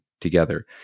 together